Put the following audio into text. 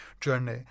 journey